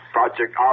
Project